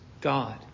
God